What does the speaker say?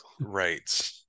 Right